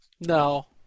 No